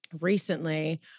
recently